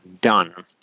done